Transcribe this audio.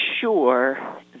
sure